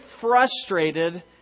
frustrated